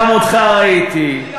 גם אותך ראיתי.